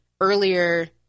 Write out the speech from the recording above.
earlier